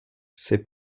ses